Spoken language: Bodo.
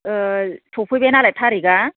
ओह सफैबायआनो आरो थारिकआ